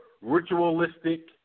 ritualistic